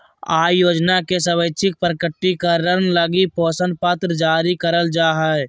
आय योजना के स्वैच्छिक प्रकटीकरण लगी घोषणा पत्र जारी करल जा हइ